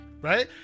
right